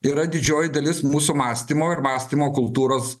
yra didžioji dalis mūsų mąstymo ir mąstymo kultūros